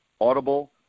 audible